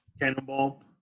cannonball